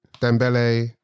Dembele